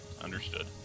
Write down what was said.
Understood